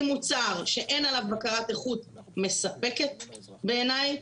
מוצר שאין עליו בקרת איכות מספקת בעיני,